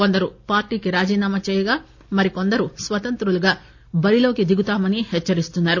కొందరు పార్టీకి రాజీనామా చేయగా మరికొందరు స్వతంత్రులుగా బరిలోకి దిగుతామని హెచ్చరిస్తున్నారు